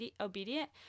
obedient